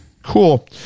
Cool